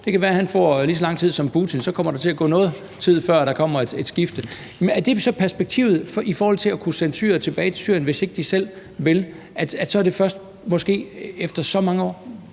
Det kan være, at han får lige så lang tid som Putin. Så kommer der til at gå noget tid, før der kommer et skifte. Er det så perspektivet i forhold til at kunne sende syrere tilbage til Syrien, hvis ikke de selv vil, altså er det så måske først efter så mange år?